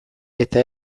eta